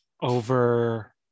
over –